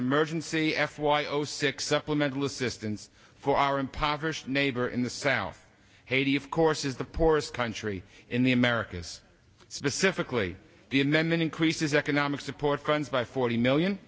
emergency f y o six supplemental assistance for our impoverished neighbor in the south haiti of course is the poorest country in the americas specifically the and then increases economic support kunz by forty million